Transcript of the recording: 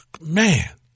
man